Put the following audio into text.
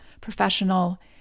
professional